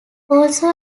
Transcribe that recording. also